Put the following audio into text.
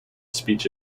speech